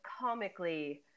comically